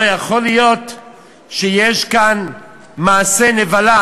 לא יכול להיות שיש כאן מעשה נבלה,